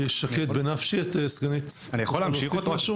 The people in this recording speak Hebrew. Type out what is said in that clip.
שקד בנפשי, את רוצה להוסיף משהו?